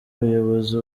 ubuyobozi